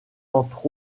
entre